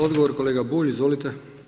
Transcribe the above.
Odgovor kolega Bulj, izvolite.